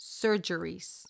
surgeries